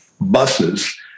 buses